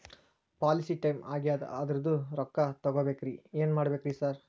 Policy time ಆಗ್ಯಾದ ಅದ್ರದು ರೊಕ್ಕ ತಗಬೇಕ್ರಿ ಏನ್ ಮಾಡ್ಬೇಕ್ ರಿ ಸಾರ್?